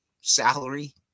salary